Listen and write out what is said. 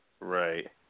Right